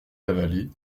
avalé